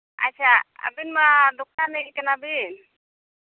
ᱟᱪᱪᱷᱟ ᱟᱹᱵᱤᱱ ᱢᱟ ᱫᱚᱠᱟᱱᱤᱡ ᱠᱟᱱᱟᱵᱤᱱ